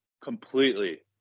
completely